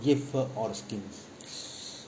give her all the skin